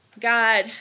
God